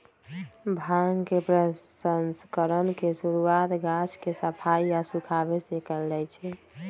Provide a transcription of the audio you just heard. भांग के प्रसंस्करण के शुरुआत गाछ के सफाई आऽ सुखाबे से कयल जाइ छइ